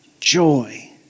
joy